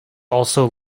also